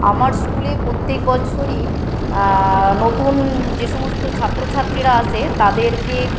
আমার স্কুলে প্রত্যেক বছরই নতুন যে সমস্ত ছাত্রছাত্রীরা আসে তাদেরকে